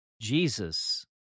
Jesus